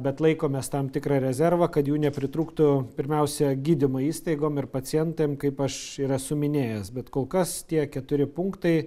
bet laikomės tam tikrą rezervą kad jų nepritrūktų pirmiausia gydymo įstaigom ir pacientam kaip aš ir esu minėjęs bet kol kas tie keturi punktai